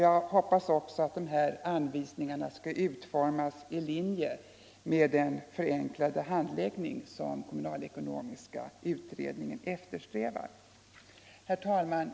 Jag hoppas också att de anvisningarna kommer att utformas i linje med den förenklade handläggning som kommunalekonomiska utredningen eftersträvar. Herr talman!